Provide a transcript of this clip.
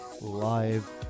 live